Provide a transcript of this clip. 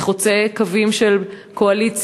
זה חוצה קווים של קואליציה,